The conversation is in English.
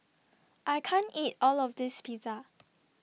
I can't eat All of This Pizza